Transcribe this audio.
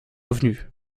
revenue